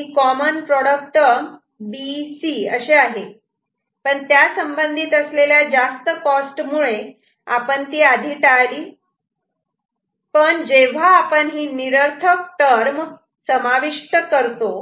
ही common product term B C अशी आहे पण त्यासंबंधित असलेल्या जास्त कॉस्ट मुळे आपण आधी टाळली पण जेव्हा आपण ही निरर्थक टर्म समाविष्ट करतो